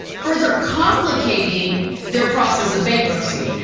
further complicating their process of bankruptcy.